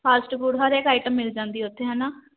fast food ਹਰ ਇੱਕ item ਮਿਲ ਜਾਂਦੀ ਉੱਥੇ ਹੈ ਨਾ